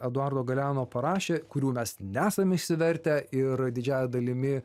eduardo galeano parašė kurių mes nesam išsivertę ir didžiąja dalimi